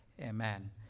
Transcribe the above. amen